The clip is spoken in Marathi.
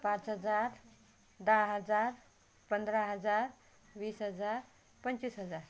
पाच हजार दहा हजार पंधरा हजार वीस हजार पंचवीस हजार